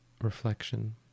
reflection